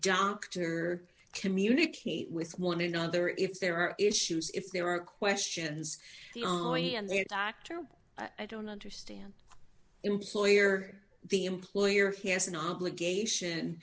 doctor communicate with one another if there are issues if there are questions and there doctor i don't understand employer the employer has an obligation